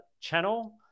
channel